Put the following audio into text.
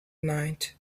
night